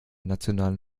nationalen